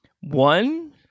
One